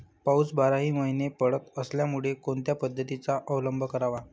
पाऊस बाराही महिने पडत असल्यामुळे कोणत्या पद्धतीचा अवलंब करावा?